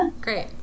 Great